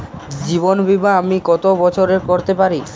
জীবন বীমা আমি কতো বছরের করতে পারি?